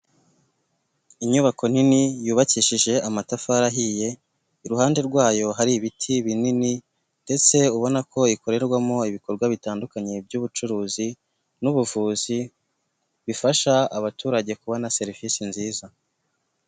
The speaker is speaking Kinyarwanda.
Inyubako nini yubakishije amatafari ahiye, iruhande rwayo hari ibiti binini ndetse ubona ko ikorerwamo ibikorwa bitandukanye by'ubucuruzi, n'ubuvuzi bifasha abaturage kubona serivisi nziza.